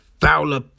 Fowler